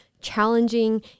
challenging